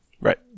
right